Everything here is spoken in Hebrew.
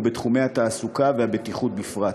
ובתחומי התעסוקה והבטיחות בפרט,